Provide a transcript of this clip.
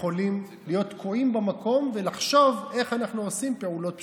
יכולים להיות תקועים במקום ולחשוב איך אנחנו עושים פעולות פשוטות.